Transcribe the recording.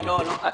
לא, לא.